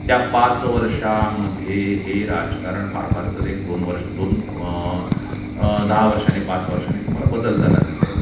त्या पाच वर्षामध्ये हे राजकारण फार फार तर एक दोन वर्ष दोन दहा वर्षाने पाच वर्षाने तुम्हाला बदलताना दिसेल